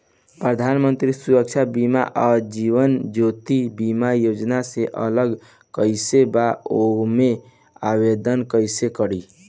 प्रधानमंत्री सुरक्षा बीमा आ जीवन ज्योति बीमा योजना से अलग कईसे बा ओमे आवदेन कईसे करी?